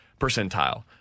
percentile